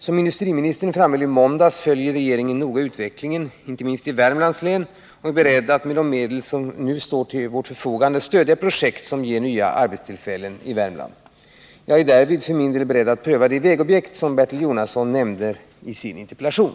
Som industriministern framhöll i måndags följer regeringen noga utvecklingen i länet inte minst i Värmlands län och är beredd att med de medel som nu står till dess förfogande stödja projekt som ger nya arbetstillfällen i Värmland. Jag är därvid för min del beredd att pröva de vägobjekt som Bertil Jonasson nämner i sin interpellation.